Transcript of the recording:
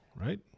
right